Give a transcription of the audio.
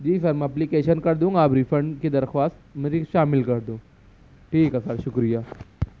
جی sir میں application کر دوں گا آپ ریفنڈ کی درخواست میری شامل کر دو ٹھیک ہے سر شکریہ